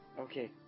Okay